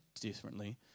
differently